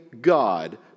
God